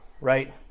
right